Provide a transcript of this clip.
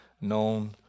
known